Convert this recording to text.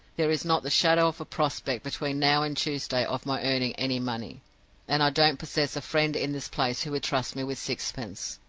there is not the shadow of a prospect between now and tuesday of my earning any money and i don't possess a friend in this place who would trust me with sixpence.